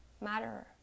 matter